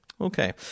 Okay